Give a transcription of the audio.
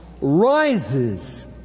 rises